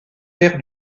père